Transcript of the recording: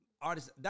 Artists